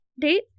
date